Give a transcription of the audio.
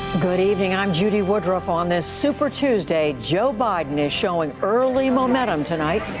good evening. i'm judy woodruff on this super tuesday, joe biden is showing early momentum tonight,